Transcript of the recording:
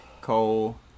Cole